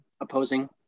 opposing